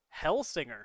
Hellsinger